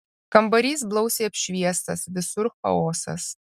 kambarys blausiai apšviestas visur chaosas